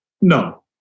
No